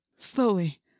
Slowly